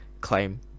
claim